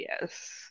yes